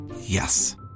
Yes